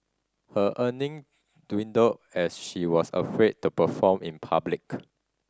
her earning dwindled as she was afraid to perform in public